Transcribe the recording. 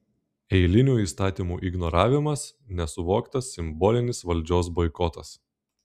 eilinių įstatymų ignoravimas nesuvoktas simbolinis valdžios boikotas